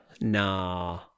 Nah